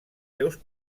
seus